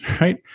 right